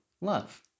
love